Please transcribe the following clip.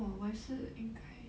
orh 我也是应该